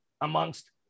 amongst